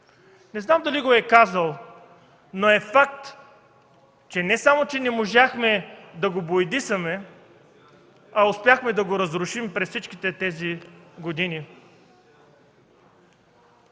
Не знам дали го е казал, но е факт, че не само че не можахме да го боядисаме, а успяхме да го разрушим през всичките тези години.